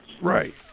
right